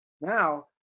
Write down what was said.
Now